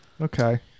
Okay